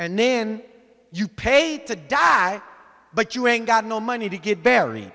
and then you paid to die but you ain't got no money to get buried